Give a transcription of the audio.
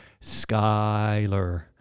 Skyler